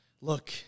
Look